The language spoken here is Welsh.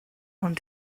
ond